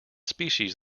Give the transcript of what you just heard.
species